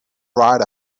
right